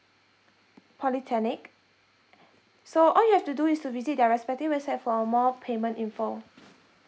polytechnic so all you have to do is to visit their respective website for more payment info